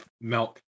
milk